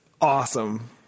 awesome